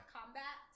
combat